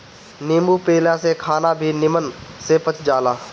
नींबू पियला से खाना भी निमन से पच जाला